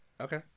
Okay